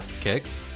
kicks